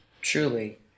truly